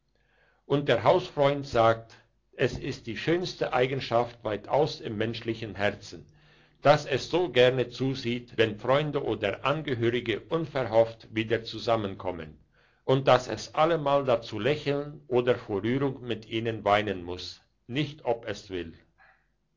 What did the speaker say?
und der hausfreund sagt es ist die schönste eigenschaft weitaus im menschlichen herzen dass es so gerne zusieht wenn freunde oder angehörige unverhofft wieder zusammenkommen und dass es allemal dazu lächeln oder vor rührung mit ihnen weinen muss nicht ob es will